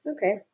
Okay